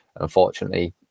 unfortunately